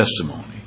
testimony